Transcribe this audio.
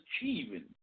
achieving